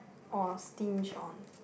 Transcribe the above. or stinge on